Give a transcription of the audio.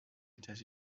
états